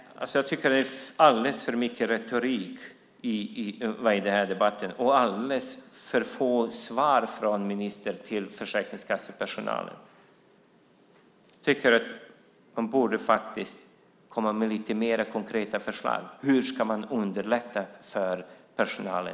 Jag tycker att det är alldeles för mycket retorik i debatten och alldeles för få svar från ministern till försäkringskassepersonalen. Man borde faktiskt komma med lite mer konkreta förslag. Hur ska man underlätta för personalen?